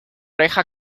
oreja